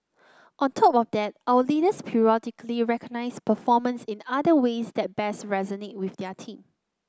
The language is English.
on top of that our leaders periodically recognise performance in other ways that best resonate with their team